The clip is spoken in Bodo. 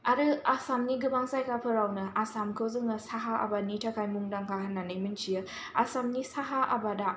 आरो आसामनि गोबां जायगाफोराव नो आसामखौ जोङो साहा आबादनि थाखाय मुंदांखा होननानै मिनथियो आसामनि साहा आबादा